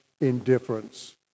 indifference